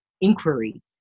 inquiry